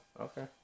Okay